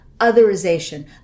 otherization